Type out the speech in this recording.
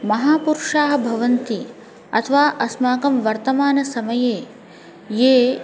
महापुरुषाः भवन्ति अथवा अस्माकं वर्तमानसमये ये